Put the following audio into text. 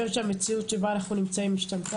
המציאות שבה אנו חיים השתנתה.